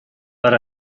per